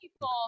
People